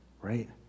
right